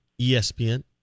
ESPN